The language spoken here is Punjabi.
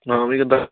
ਹਾਂ ਵੀ ਕਿੱਦਾਂ